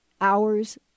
hours